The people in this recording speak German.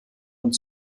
und